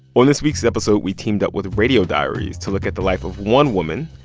on this week's episode, we teamed up with radio diaries to look at the life of one woman,